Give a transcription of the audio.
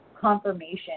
confirmation